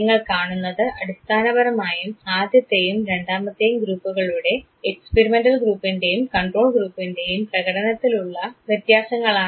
നിങ്ങൾ കാണുന്നത് അടിസ്ഥാനപരമായും ആദ്യത്തെയും രണ്ടാമത്തെയും ഗ്രൂപ്പുകളുടെ എക്സ്പിരിമെൻറൽ ഗ്രൂപ്പിൻറെയും കൺട്രോൾ ഗ്രൂപ്പിൻറെയും പ്രകടനത്തിലുള്ള വ്യത്യാസങ്ങളാണ്